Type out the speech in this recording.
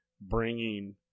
Bringing